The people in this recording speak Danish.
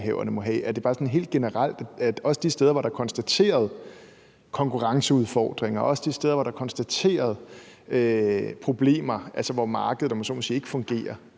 det? Er man også imod det de steder, hvor der er konstateret konkurrenceudfordringer, og de steder, hvor der er konstateret problemer, hvor markedet, om man så må sige, ikke fungerer?